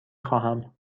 خواهم